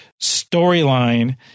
storyline